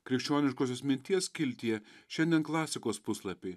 krikščioniškosios minties skiltyje šiandien klasikos puslapiai